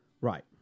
Right